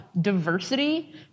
diversity